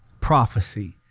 prophecy